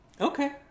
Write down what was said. okay